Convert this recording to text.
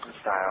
Style